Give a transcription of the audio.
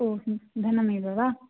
ओहो धनमेव वा